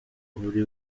uri